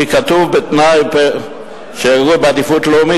כי כתוב: בתנאי שיגורו באזור עדיפות לאומית,